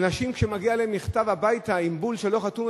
אנשים שכאשר מגיע אליהם מכתב הביתה עם בול לא חתום,